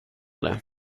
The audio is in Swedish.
det